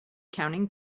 counting